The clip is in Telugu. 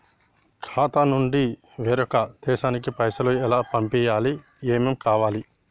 ఖాతా నుంచి వేరొక దేశానికి పైసలు ఎలా పంపియ్యాలి? ఏమేం కావాలి?